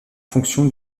fonction